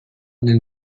nel